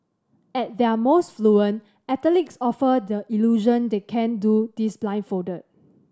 at their most fluent athletes offer the illusion they can do this blindfolded